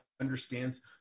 understands